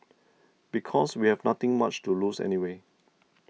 because we have nothing much to lose anyway